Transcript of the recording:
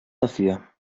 dafür